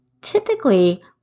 typically